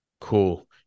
cool